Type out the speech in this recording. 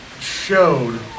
showed